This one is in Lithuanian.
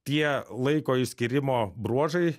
tie laiko išskyrimo bruožai